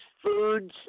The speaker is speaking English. foods